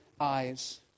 eyes